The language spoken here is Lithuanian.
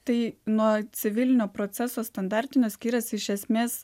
tai nuo civilinio proceso standartinio skiriasi iš esmės